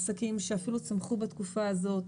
עסקים שאפילו צמחו בתקופה הזאת,